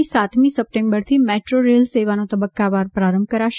આગામી સાતમી સપ્ટેમ્બરથી મેટ્રો રેલ સેવાનો તબક્કાવાર પ્રારંભ કરાશે